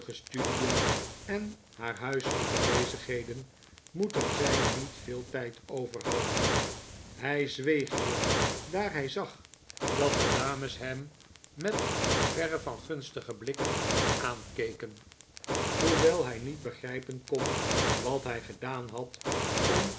studien en haar huiselijke bezigheden moeten zij niet veel tijd overhouden hij zweeg hier daar hij zag dat de dames hem met verre van gunstige blikken aankeken hoewel hij niet begrijpen kon wat hij gedaan had